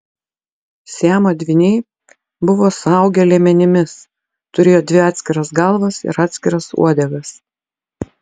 siamo dvyniai buvo suaugę liemenimis turėjo dvi atskiras galvas ir atskiras uodegas